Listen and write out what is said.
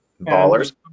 Ballers